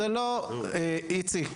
איציק,